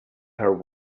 her